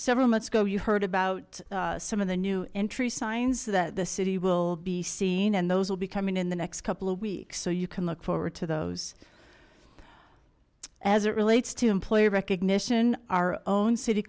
several months ago you heard about some of the new entry signs that the city will be seen and those will be coming in the next couple a week so you can look forward to those as it relates to employee recognition our own city